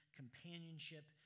companionship